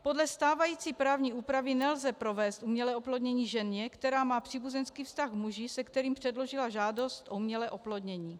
Podle stávající právní úpravy nelze provést umělé oplodnění ženě, která má příbuzenský vztah k muži, se kterým předložila žádost o umělé oplodnění.